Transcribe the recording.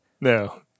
No